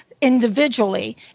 individually